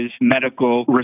medical